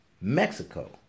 Mexico